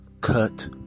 cut